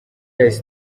yahise